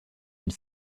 une